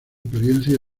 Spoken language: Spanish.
apariencia